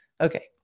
Okay